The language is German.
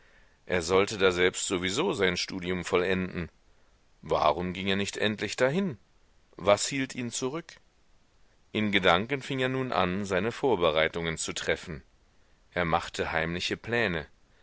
er sollte daselbst sowieso sein studium vollenden warum ging er nicht endlich dahin was hielt ihn zurück in gedanken fing er nun an seine vorbereitungen zu treffen er machte heimliche pläne